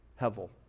Hevel